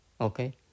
Okay